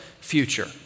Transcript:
future